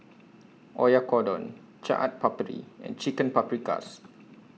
Oyakodon Chaat Papri and Chicken Paprikas